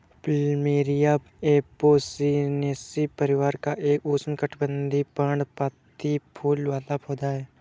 plumeria Apocynaceae परिवार का एक उष्णकटिबंधीय, पर्णपाती फूल वाला पौधा है